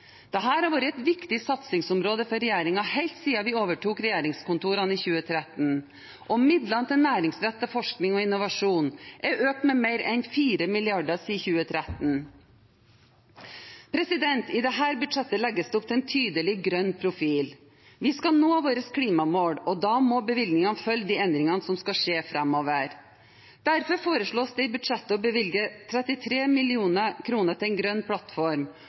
har vært et viktig satsingsområde for regjeringen helt siden vi overtok regjeringskontorene i 2013, og midlene til næringsrettet forskning og innovasjon er økt med mer enn 4 mrd. kr siden 2013. I dette budsjettet legges det opp til en tydelig grønn profil. Vi skal nå våre klimamål, og da må bevilgninger følge de endringer som skal skje framover. Derfor foreslås det i budsjettet å bevilge 33 mill. kr til en grønn plattform,